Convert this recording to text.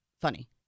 funny